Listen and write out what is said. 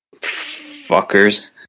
Fuckers